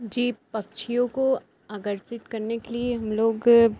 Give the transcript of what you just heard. जी पक्षियों को अकर्षित करने के लिए हम लोग